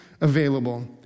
available